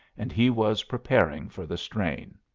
and he was preparing for the strain.